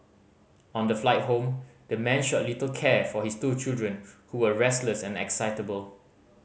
on the flight home the man showed little care for his two children who were restless and excitable